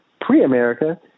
pre-America